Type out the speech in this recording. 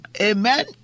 amen